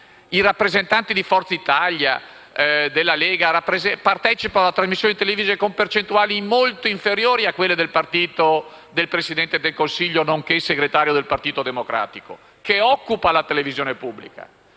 I rappresentanti di Forza Italia e della Lega partecipano alle trasmissioni televisive con percentuali molto inferiori a quelle del partito del Presidente del Consiglio, nonché segretario del Partito Democratico, che occupa la televisione pubblica